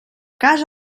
casa